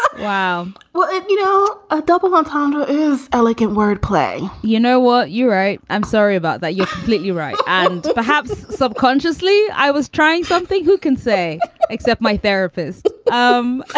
wow well, you know, a double entendre is elegant wordplay. you know what? you're right. i'm sorry about that. you're completely right. and perhaps subconsciously, i was trying something. who can say except my therapist um i